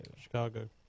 Chicago